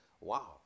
Wow